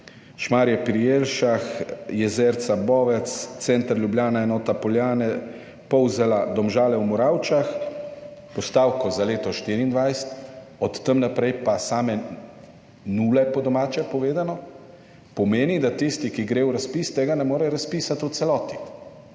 Šmarje pri Jelšah, Jezerca – Bovec, Center Ljubljana, enota Poljane, Polzela, Domžale v Moravčah, postavko za leto 2024, od tam naprej pa same nule, po domače povedano, pomeni, da tisti, ki gre v razpis, tega ne more razpisati v celoti.